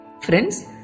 friends